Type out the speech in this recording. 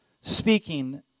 speaking